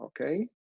okay